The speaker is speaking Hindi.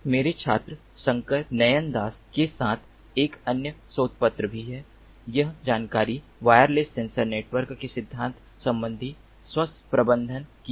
मेरे छात्र शंकर नययन दास के साथ एक अन्य शोधपत्र भी है यह जानकारी वायरलेस सेंसर नेटवर्क के सिद्धांत संबंधी स्व प्रबंधन की है